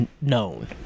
known